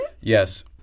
Yes